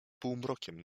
półmrokiem